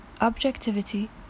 objectivity